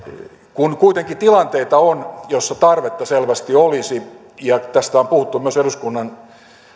kun kuitenkin tilanteita on joissa tarvetta selvästi olisi ja tästä on puhuttu myös eduskunnan